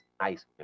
nice